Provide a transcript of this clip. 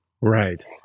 Right